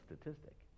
statistic